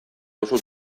duzu